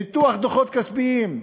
ניתוח דוחות כספיים,